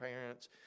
parents